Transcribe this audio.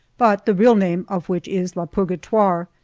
but the real name of which is la purgatoire.